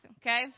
okay